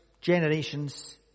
generations